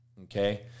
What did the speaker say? Okay